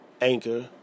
Anchor